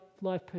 life